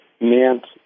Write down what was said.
Nant